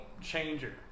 changer